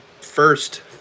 first